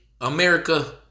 America